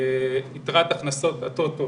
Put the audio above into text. יתרת הכנסות הטוטו